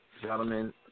Gentlemen